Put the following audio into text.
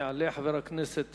יעלה חבר הכנסת